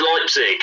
Leipzig